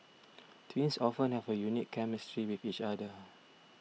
twins often have a unique chemistry with each other